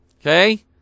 Okay